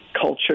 culture